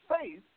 faith